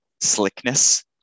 slickness